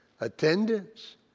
attendance